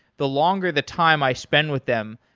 the longer the time i spend with them,